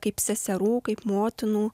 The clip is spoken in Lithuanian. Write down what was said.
kaip seserų kaip motinų